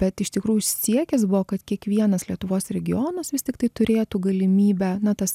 bet iš tikrųjų siekis buvo kad kiekvienas lietuvos regionas vis tiktai turėtų galimybę na tas